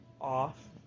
off